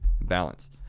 Balance